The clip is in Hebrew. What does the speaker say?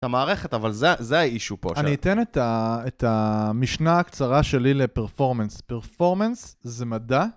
המערכת אבל זה האישו פה עכשיו. אני אתן את המשנה הקצרה שלי לפרפורמנס פרפורמנס זה מדע